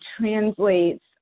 translates